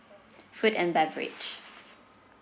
food and beverage